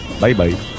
Bye-bye